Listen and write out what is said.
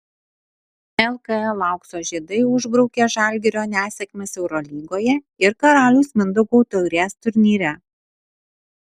lkl aukso žiedai užbraukė žalgirio nesėkmes eurolygoje ir karaliaus mindaugo taurės turnyre